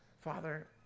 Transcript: Father